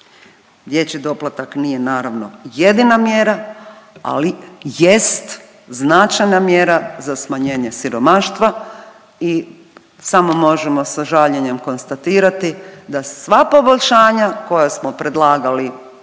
Dječji doplatak nije, naravno, jedina mjera, ali jest značajna mjera za smanjenje siromaštva i samo možemo sa žaljenjem konstatirati da sva poboljšanja koja smo predlagali